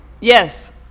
Yes